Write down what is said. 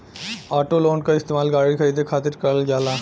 auto loan क इस्तेमाल गाड़ी खरीदे खातिर करल जाला